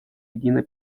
единой